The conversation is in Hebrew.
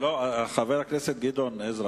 חבר הכנסת גדעון עזרא,